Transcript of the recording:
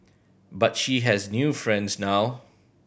but she has new friends now